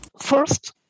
First